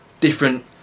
different